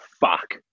fuck